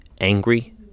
angry